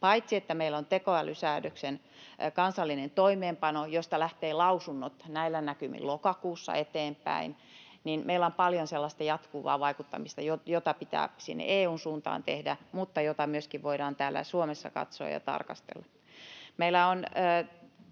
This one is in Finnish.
Paitsi että meillä on tekoälysäädöksen kansallinen toimeenpano, josta lähtee lausunnot näillä näkymin lokakuussa eteenpäin, niin meillä on paljon sellaista jatkuvaa vaikuttamista, jota pitää sinne EU:n suuntaan tehdä mutta jota voidaan katsoa ja tarkastella myöskin